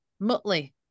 Muttley